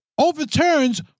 overturns